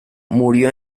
murió